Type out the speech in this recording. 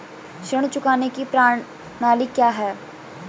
ऋण चुकाने की प्रणाली क्या है?